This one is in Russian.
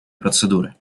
процедуры